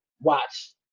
watch